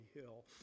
hill